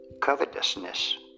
covetousness